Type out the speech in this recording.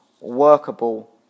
workable